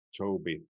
Toby